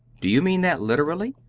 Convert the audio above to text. do you mean that literally?